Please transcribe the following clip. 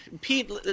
Pete